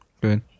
Good